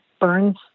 burns